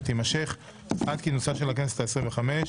ותימשך עד כינוסה של הכנסת ה-25.